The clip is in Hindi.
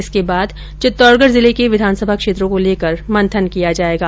इसके बाद चित्तौडगढ जिले के विधानसभा क्षेत्रों को लेकर मंथन किया जायेगा